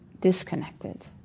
disconnected